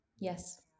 Yes